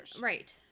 Right